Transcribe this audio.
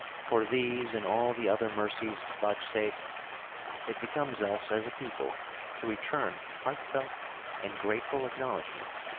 for these and all the other mercies vouchsafed it becomes us as a people to return heartfelt and grateful acknowledgments,